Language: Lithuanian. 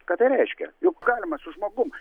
ką tai reiškia juk galima su žmogum